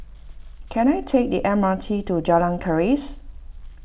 can I take the M R T to Jalan Keris